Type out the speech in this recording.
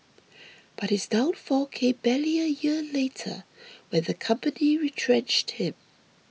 but his downfall came barely a year later when the company retrenched him